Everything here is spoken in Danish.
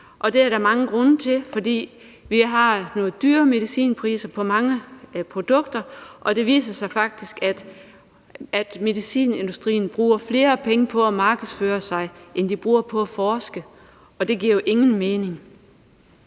og det er der mange grunde til. Vi har nogle dyre medicinpriser på mange produkter, og det viser sig faktisk, at medicinindustrien bruger flere penge på at markedsføre sig, end de bruger på at forske, og det giver jo ingen mening.